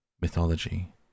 Mythology